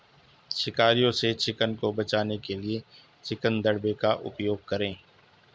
शिकारियों से चिकन को बचाने के लिए चिकन दड़बे का उपयोग करें